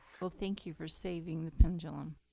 well, thank you for saving the pendulum.